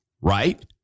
right